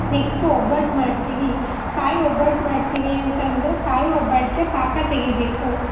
next ಒಬ್ಬಟ್ಟು ಮಾಡ್ತೀವಿ ಕಾಯಿ ಒಬ್ಬಟ್ಟು ಮಾಡ್ತೀವಿ ಅಂತಂದರೆ ಕಾಯಿ ಒಬ್ಬಟ್ಟಿಗೆ ಪಾಕ ತೆಗಿಬೇಕು